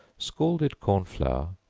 scalded corn flour,